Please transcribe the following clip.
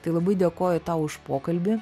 tai labai dėkoju tau už pokalbį